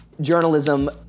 journalism